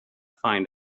find